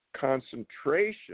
concentration